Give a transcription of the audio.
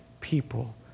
people